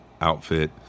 outfit